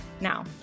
Now